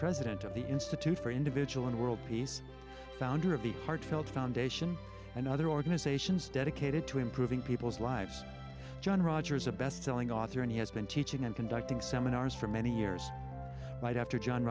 president of the institute for individual and world peace founder of the heartfelt foundation and other organizations dedicated to improving people's lives john rogers a bestselling author and he has been teaching and conducting seminars for many years right after john